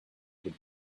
would